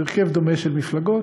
הרכב דומה של מפלגות,